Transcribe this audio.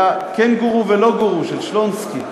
היה "כן-גורו ולא-גורו" של שלונסקי.